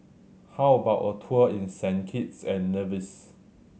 how about a tour in Saint Kitts and Nevis